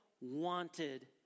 wanted